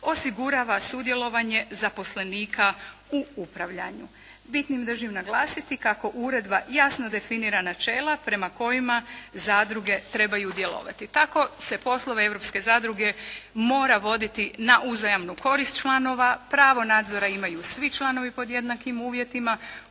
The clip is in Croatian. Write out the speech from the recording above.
osigurava sudjelovanje sudionika u upravljanju. Bitnim držim naglasiti kako Uredba jasno definira načela prema kojima zadruge trebaju djelovati. Tako se poslove Europske zadruge mora voditi na uzajamnu korist članova. Pravo nadzora imaju svi članovi pod jednakim uvjetima.